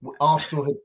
Arsenal